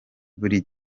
buri